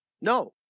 No